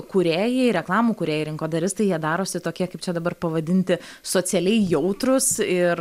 kūrėjai reklamų kūrėjai rinkodaristai jie darosi tokie kaip čia dabar pavadinti socialiai jautrūs ir